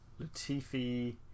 Latifi